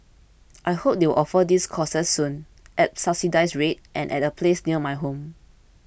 I hope they will offer these courses soon at subsidised rates and at a place near my home